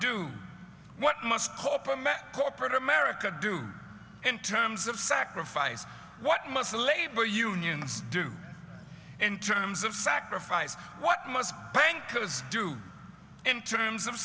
do what must hope america corporate america do in terms of sacrifice what must the labor unions do in terms of sacrifice what must bankers do in terms of